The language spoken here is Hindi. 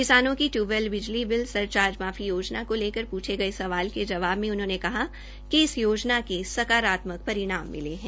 किसानों की ट्यूबल बिजली बिल सर चार्ज मार्को योजना को लेकर पूछे गए सवाल के जवाब में उन्होंने कहा कि इस योजना के सकारात्मक परिणाम मिले हैं